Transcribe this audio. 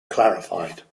clarified